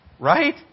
Right